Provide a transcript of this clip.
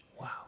Wow